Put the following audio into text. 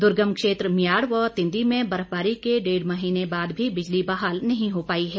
दुर्गम क्षेत्र मियाढ़ व तिंदी में बर्फबारी के डेढ़ महीने बाद भी बिजली बहाल नहीं हो पाई है